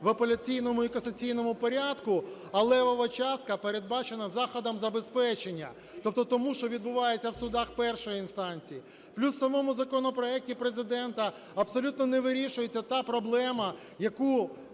в апеляційному і касаційному порядку", а левова частка передбачена заходом забезпечення, тобто тому, що відбувається в судах першої інстанції. Плюс у самому законопроекті Президента абсолютно не вирішується та проблема, яку